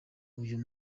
uyu